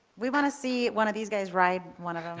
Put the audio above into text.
we want to see one of these guys ride one of them.